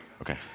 Okay